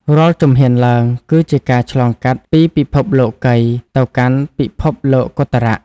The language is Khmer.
រាល់ជំហានឡើង គឺជាការឆ្លងកាត់ពីពិភពលោកីយ៍ទៅកាន់ពិភពលោកុត្តរៈ។